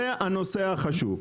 זה הנושא החשוב.